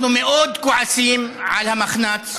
אנחנו מאוד כועסים על המחנ"צ.